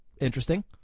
Interesting